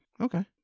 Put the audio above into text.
Okay